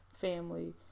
family